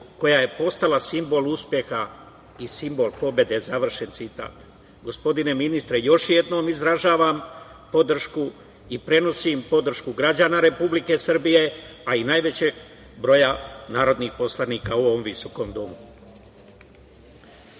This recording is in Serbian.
koja je postala simbol uspeha i simbol pobede“, završen citat. Gospodine ministre, još jednom izražavam podršku i prenosim podršku građana Republike Srbije, a i najvećeg broja narodnih poslanika u ovom visokom domu. Dame